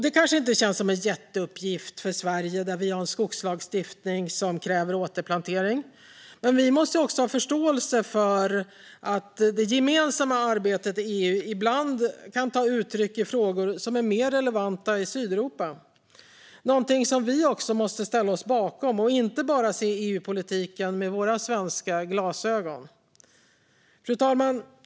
Det kanske inte känns som en jätteuppgift för Sverige, som har en skogslagstiftning som kräver återplantering, men vi måste ha förståelse för att det gemensamma arbetet i EU ibland kan ta sig uttryck i frågor som är mer relevanta i Sydeuropa. Detta måste vi ställa oss bakom och inte se EU-politiken med enbart svenska glasögon. Fru talman!